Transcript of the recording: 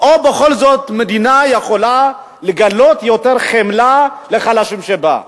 או בכל זאת המדינה יכולה לגלות יותר חמלה לחלשים שבה.